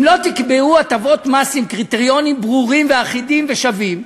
אם לא תקבעו הטבות מס עם קריטריונים ברורים ואחידים ושווים,